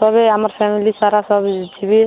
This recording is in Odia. ସଭେ ଆମର୍ ଫ୍ୟାମିଲି ସାରା ସବୁ ଯିବେ